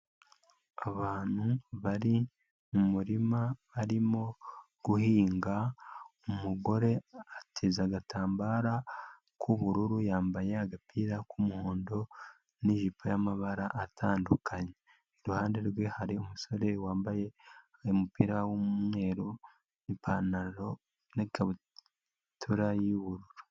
Abantu bari mu murima barimo guhinga, umugore ateza agatamba k'ubururu, yambaye agapira k'umuhondo n'ijipo y'amabara atandukanye, iruhande rwe hari umusore wambaye umupira w'umweru n'ipantaro n'ikabutura y'ubururu.